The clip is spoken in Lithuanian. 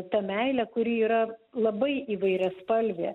ta meile kuri yra labai įvairiaspalvė